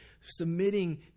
submitting